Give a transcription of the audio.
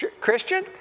Christian